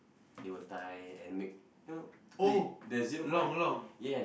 they will tie and make you know to play the zero point yes